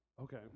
Okay